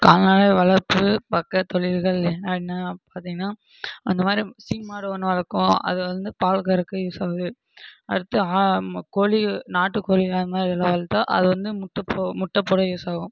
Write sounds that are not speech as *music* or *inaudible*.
கால்நடை வளர்ப்பு பக்க தொழில்கள் என்னென்ன பார்த்தீங்கன்னா அந்தமாதிரி சீமாடு ஒன்று வளர்க்குறோம் அது வந்து பால் கறக்க யூஸ் ஆகுது அடுத்து கோழி நாட்டுக்கோழி *unintelligible* வளர்த்தோம் அது வந்து முட்டை போட முட்டை போட யூஸ் ஆகும்